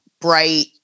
bright